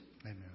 Amen